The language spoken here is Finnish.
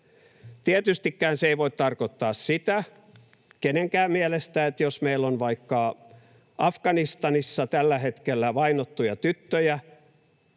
Tietystikään se ei voi tarkoittaa sitä, kenenkään mielestä, että jos on vaikka Afganistanissa tällä hetkellä vainottuja tyttöjä,